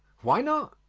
why not?